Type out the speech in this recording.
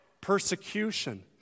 persecution